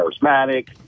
charismatic